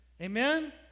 Amen